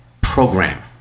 program